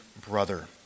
brother